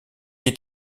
est